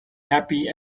happy